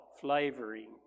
flavoring